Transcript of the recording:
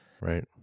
Right